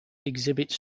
exhibits